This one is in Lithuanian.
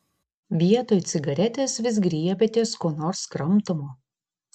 vietoj cigaretės vis griebiatės ko nors kramtomo